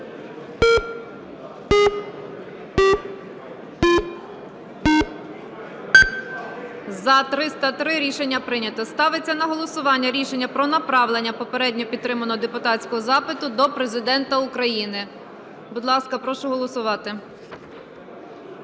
За-303 Рішення прийнято. Ставиться на голосування рішення про направлення попередньо підтриманого депутатського запиту до Президента України. Будь ласка, прошу голосувати.